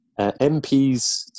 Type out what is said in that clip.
mps